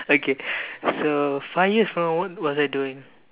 okay so five years from now what was I doing